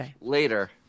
later